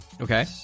Okay